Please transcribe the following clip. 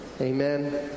Amen